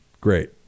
great